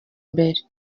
mbere